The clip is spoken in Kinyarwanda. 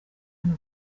hano